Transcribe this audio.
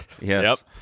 Yes